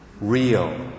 real